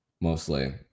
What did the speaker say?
mostly